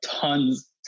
tons